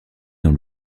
dans